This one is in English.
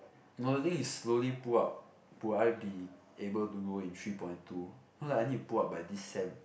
no the thing is slowly pull up will I be able do in three point two cause I need to pull up by this sem